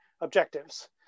objectives